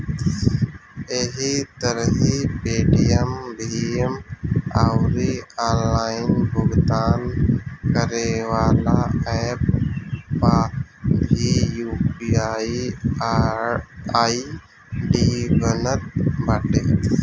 एही तरही पेटीएम, भीम अउरी ऑनलाइन भुगतान करेवाला एप्प पअ भी यू.पी.आई आई.डी बनत बाटे